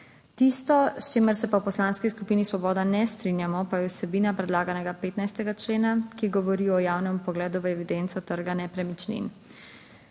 tisto s čimer se pa v Poslanski skupini svoboda ne strinjamo pa je vsebina predlaganega 15. člena, ki govori o javnem vpogledu v evidenco trga nepremičnin.